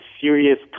serious